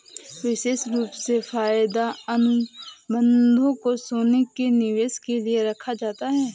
विशेष रूप से वायदा अनुबन्धों को सोने के निवेश के लिये रखा जाता है